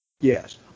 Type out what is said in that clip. Yes